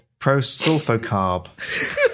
prosulfocarb